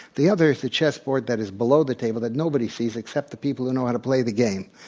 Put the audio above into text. the other is the chess board that is below the table that nobody sees except the people who know how to play the game.